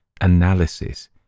analysis